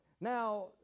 Now